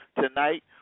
Tonight